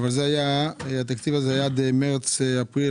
התקציב הזה עד מרץ אפריל